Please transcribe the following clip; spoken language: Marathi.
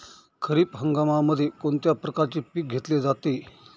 खरीप हंगामामध्ये कोणत्या प्रकारचे पीक घेतले जाते?